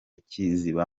kiziba